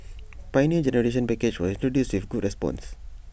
Pioneer Generation package was introduced with good response